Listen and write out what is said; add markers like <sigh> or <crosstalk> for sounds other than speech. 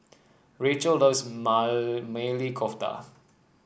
Rachael loves <unintelligible> Maili Kofta